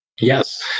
Yes